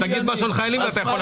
תגיד משהו על חיילים ואתה יכול לצאת.